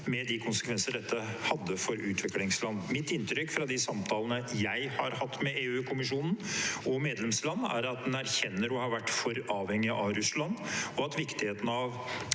med de konsekvenser dette hadde for utviklingsland. Mitt inntrykk fra de samtalene jeg har hatt med EUkommisjonen og medlemsland, er at en erkjenner å ha vært for avhengig av Russland, og at viktigheten av